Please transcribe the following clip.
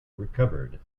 recovered